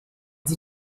sie